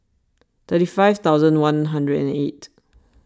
thirty five thousand one hundred and eight